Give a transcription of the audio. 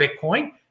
Bitcoin